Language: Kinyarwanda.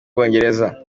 bwongereza